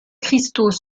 cristaux